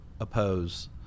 oppose